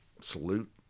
salute